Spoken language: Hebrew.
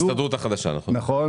ההסתדרות החדשה, נכון?